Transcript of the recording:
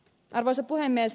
arvoisa puhemies